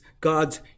God's